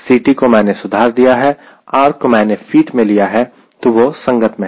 Ct को मैंने सुधार दिया है R को मैंने फीट में लिया है तो वह संगत में है